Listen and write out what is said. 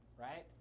right